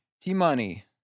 T-Money